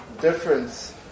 difference